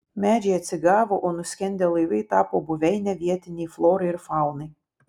medžiai atsigavo o nuskendę laivai tapo buveine vietinei florai ir faunai